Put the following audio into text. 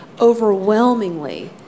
overwhelmingly